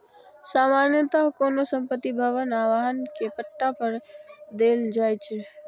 सामान्यतः कोनो संपत्ति, भवन आ वाहन कें पट्टा पर देल जाइ छै